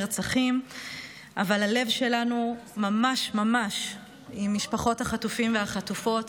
אבל הלב שלנו ממש ממש עם משפחות החטופים והחטופות,